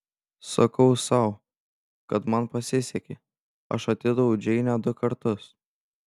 sakau sau kad man pasisekė aš atidaviau džeinę du kartus